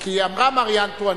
כי אמרה, מרי אנטואנט: